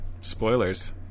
spoilers